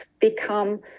become